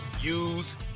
use